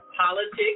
politics